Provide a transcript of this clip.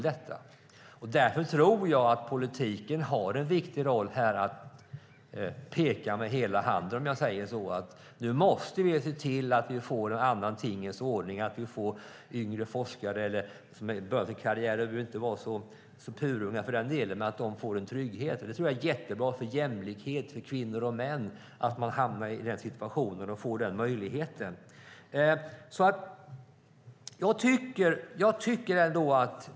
Därför tror jag att politiken har en viktig roll att peka med hela handen och se till att vi får en annan tingens ordning så att forskarna får en trygghet. Det tror jag är bra för jämställdheten mellan kvinnor och män.